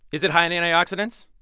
is it high in antioxidants?